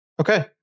Okay